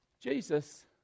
Jesus